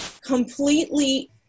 completely